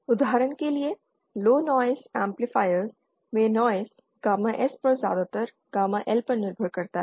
उदाहरण के लिए लौ नॉइज़ एम्पलीफायरों में नॉइज़ गामा S पर ज्यादातर गामा L पर निर्भर करता है